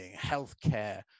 healthcare